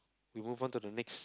we move on to the next